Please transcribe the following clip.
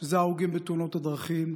שזה ההרוגים בתאונות הדרכים: